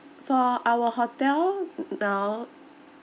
for our hotel now